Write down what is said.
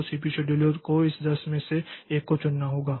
तो CPU scheduler को इस 10 में से एक को चुनना होगा